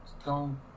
Stone